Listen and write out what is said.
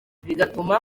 bigatuma